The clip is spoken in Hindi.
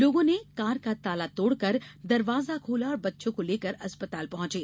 लोगों ने कार का ताला तोड़कर दरवाजा खोला और बच्चों को लेकर अस्पताल पहंचे